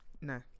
No